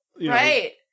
Right